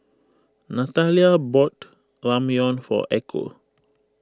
Nathalia bought Ramyeon for Echo